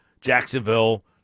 Jacksonville